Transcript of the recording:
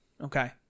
Okay